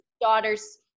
daughter's